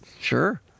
Sure